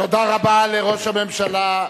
תודה רבה לראש הממשלה.